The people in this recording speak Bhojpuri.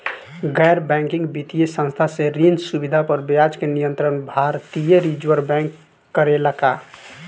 गैर बैंकिंग वित्तीय संस्था से ऋण सुविधा पर ब्याज के नियंत्रण भारती य रिजर्व बैंक करे ला का?